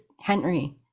Henry